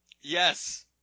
Yes